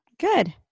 Good